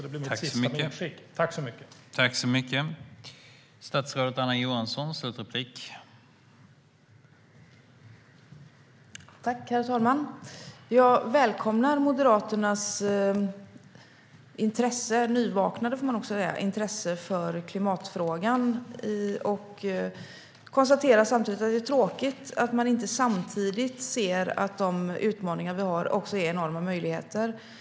Det blir mitt sista medskick till ministern.